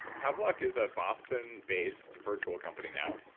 ah pavlok is a boston based virtual company now,